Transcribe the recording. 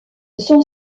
son